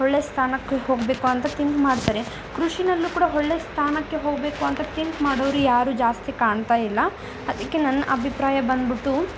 ಒಳ್ಳೆಯ ಸ್ಥಾನಕ್ಕೆ ಹೋಗಬೇಕು ಅಂತ ತಿಂಕ್ ಮಾಡ್ತಾರೆ ಕೃಷಿಯಲ್ಲೂ ಕೂಡ ಒಳ್ಳೆ ಸ್ಥಾನಕ್ಕೆ ಹೋಗಬೇಕು ಅಂತ ತಿಂಕ್ ಮಾಡೋವ್ರು ಯಾರೂ ಜಾಸ್ತಿ ಕಾಣ್ತಾ ಇಲ್ಲ ಅದಕ್ಕೆ ನನ್ನ ಅಭಿಪ್ರಾಯ ಬಂದ್ಬಿಟ್ಟು